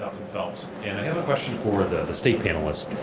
and i have a question for the the state panelists.